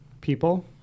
people